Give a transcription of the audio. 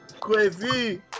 Crazy